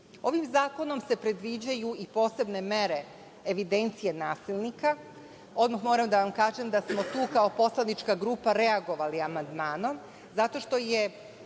zakonom se predviđaju i posebne mere evidencije nasilnika. Odmah moram da vam kažem da smo tu kao poslanička grupa reagovali amandmanom zato što je